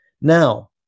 Now